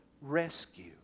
rescue